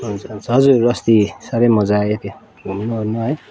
हुन्छ हुन्छ हजुर अस्ति सारै मजा आयो त्यहाँ धुम्न ओर्न है